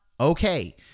okay